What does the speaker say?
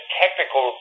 technical